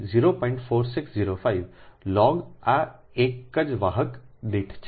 4605 લોગ આ એક જ વાહક દીઠ છે